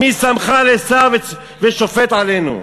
מי שמך לשר ולשופט עלינו.